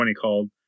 called